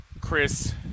Chris